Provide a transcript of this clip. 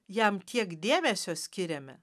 jam tiek dėmesio skiriame